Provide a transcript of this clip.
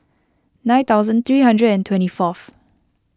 nine thousand three hundred and twenty fourth